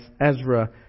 Ezra